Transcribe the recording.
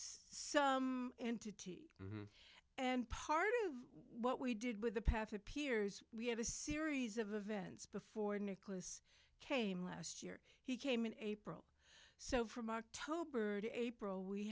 some entity and part of what we did with the path appears we have a series of events before nicholas came last year he came in april so from october to april we